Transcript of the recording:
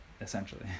essentially